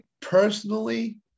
personally